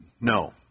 No